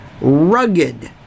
rugged